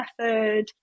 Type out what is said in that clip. method